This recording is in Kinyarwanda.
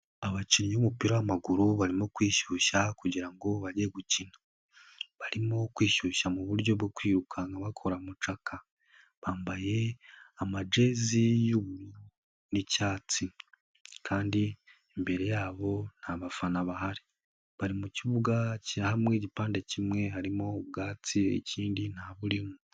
Abakinnyi b'umupira w'amaguru barimo kwishyushya kugira ngo bajye gukina, barimo kwishyushya mu buryo bwo kwirukanka bakora mucaka, bambaye amajezi y'ubururu n'icyatsi kandi imbere yabo nta bafana bahari, bari mu kibuga, hamwe igipande kimwe harimo ubwatsi ikindi ntaburirimo.